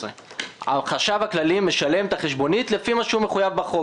החשב הכללי משלם את החשבונית לפי המחויב בחוק.